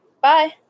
Bye